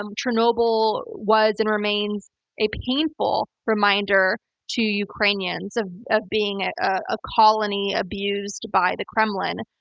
um chernobyl was and remains a painful reminder to ukrainians of ah being a colony abused by the kremlin.